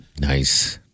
Nice